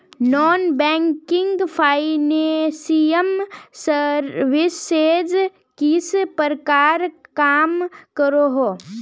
Non banking financial services किस प्रकार काम करोहो?